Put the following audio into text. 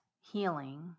healing